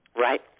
right